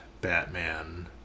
Batman